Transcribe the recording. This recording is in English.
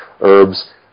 herbs